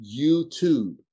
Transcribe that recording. YouTube